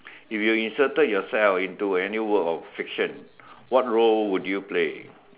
if you have inserted yourself into any world of fiction what role would you play